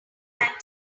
antenna